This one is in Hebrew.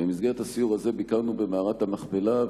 במסגרת הסיור הזה ביקרנו במערת המכפלה,